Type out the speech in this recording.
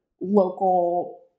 local